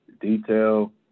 detail